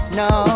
no